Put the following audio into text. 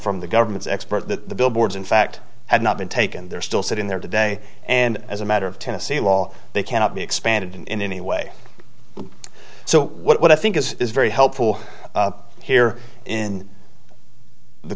from the government's expert that the billboards in fact had not been taken they're still sitting there today and as a matter of tennessee law they cannot be expanded in any way so what i think is very helpful here in the